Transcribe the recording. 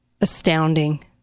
astounding